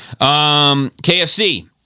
KFC